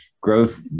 growth